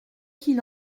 qu’il